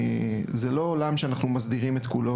זהו לא עולם שאנחנו מסדירים את כולו,